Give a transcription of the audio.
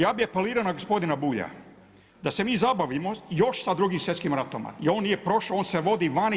Ja bih apelirao na gospodina Bulja, da se mi zabavimo još sa Drugim svjetskim ratom jer on nije prošao, on se vodi vani.